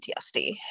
PTSD